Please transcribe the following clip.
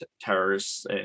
terrorists